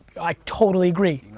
i totally agree.